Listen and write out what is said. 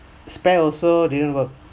spare also didn't work